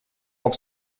hop